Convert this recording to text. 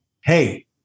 Hey